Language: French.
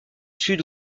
sud